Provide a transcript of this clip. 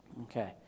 Okay